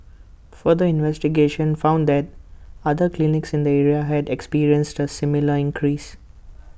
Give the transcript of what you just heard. further investigations found that other clinics in the area had experienced A similar increase